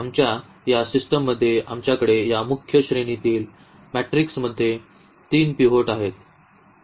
आमच्या या सिस्टममध्ये आमच्याकडे या मुख्य श्रेणीतील मेट्रिक्स मध्ये तीन पिव्होट आहेत